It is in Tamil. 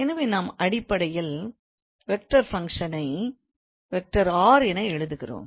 எனவே நாம் அடிப்படையில் வெக்டார் ஃபங்க்ஷனை 𝑟⃗ என எழுதுகிறோம்